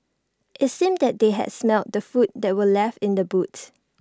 IT seemed that they had smelt the food that were left in the boot